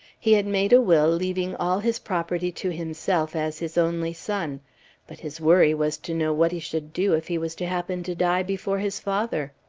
he had made a will leaving all his property to himself as his only son but his worry was to know what he should do if he was to happen to die before his father.